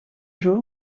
jour